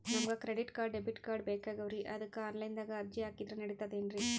ನಮಗ credit card, debit card ಬೇಕಾಗ್ಯಾವ್ರೀ ಅದಕ್ಕ ಆನಲೈನದಾಗ ಅರ್ಜಿ ಹಾಕಿದ್ರ ನಡಿತದೇನ್ರಿ?